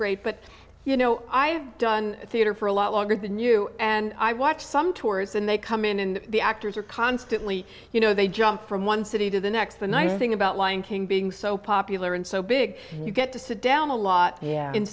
great but you know i have done theater for a lot longer than you and i watch some tours and they come in and the actors are constantly you know they jump from one city to the next the nice thing about lion king being so popular and so big you get to sit down a lot